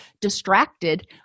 distracted